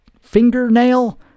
fingernail